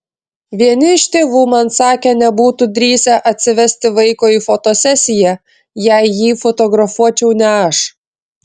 vieni iš tėvų man sakė nebūtų drįsę atsivesti vaiko į fotosesiją jei jį fotografuočiau ne aš